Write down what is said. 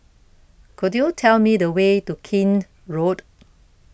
Could YOU Tell Me The Way to Keene Road